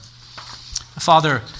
Father